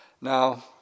Now